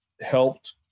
helped